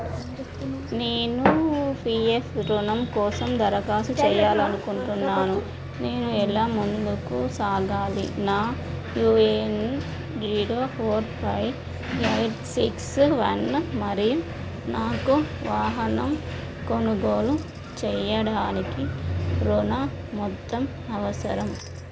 నేను P F రుణం కోసం దరఖాస్తు చెయ్యాలి అనుకుంటున్నాను నేను ఎలా ముందుకు సాగాలి నా U A N zero four five eight six one మరియు నాకు వాహనం కొనుగోలు చేయడానికి రుణ మొత్తం అవసరం